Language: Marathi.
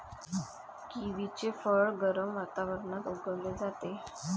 किवीचे फळ गरम वातावरणात उगवले जाते